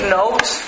notes